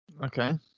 Okay